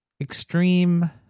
Extreme